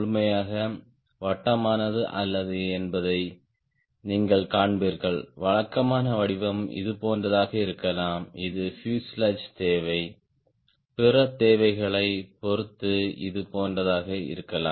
எனவே டைஹெட்ரலுடன் மீண்டும் நீங்கள் பக்கவாட்டு நிலைத்தன்மையைச் சேர்க்கிறீர்கள் பியூசேலாஜ் சமச்சீர் இடைவெளியில் இருந்து நிச்சயமாக நீங்கள் பார்க்கிறீர்கள் கோட்பாட்டளவில் பேசும் ஆனால் இந்த வடிவம் ஒருபோதும் முழுமையாக வட்டமானது அல்ல என்பதை நீங்கள் காண்பீர்கள் வழக்கமான வடிவம் இதுபோன்றதாக இருக்கலாம் இது பியூசேலாஜ் தேவை பிற தேவைகளைப் பொறுத்து இது போன்றதாக இருக்கலாம்